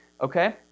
okay